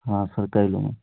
हाँ सर कई लोगों